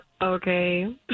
Okay